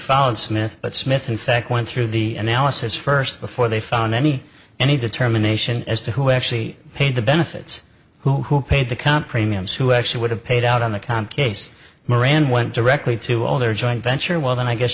found smith but smith in fact went through the analysis first before they found any any determination as to who actually paid the benefits who paid the comp premiums who actually would have paid out on the comp case moran went directly to all their joint venture well then i guess